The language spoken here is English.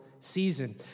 season